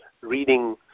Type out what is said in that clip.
reading